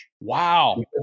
Wow